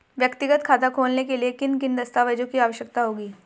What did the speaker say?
व्यक्तिगत खाता खोलने के लिए किन किन दस्तावेज़ों की आवश्यकता होगी?